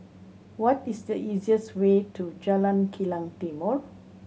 what is the easiest way to Jalan Kilang Timor